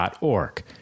org